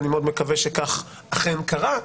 אני מאוד מקווה שכך אכן קרה.